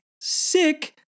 sick